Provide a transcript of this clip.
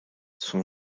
son